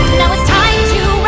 now it's time